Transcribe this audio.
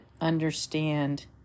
understand